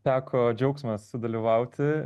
teko džiaugsmas sudalyvauti